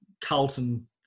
Carlton